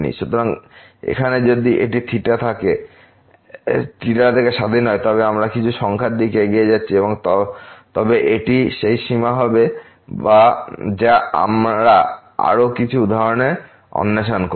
সুতরাং এখানে যদি এটি থিটা থেকে স্বাধীন হয় তবে আমরা কিছু সংখ্যার দিকে এগিয়ে যাচ্ছি তবে এটি সেই সীমা হবে যা আমরা আরও কিছু উদাহরণে অন্বেষণ করব